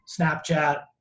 Snapchat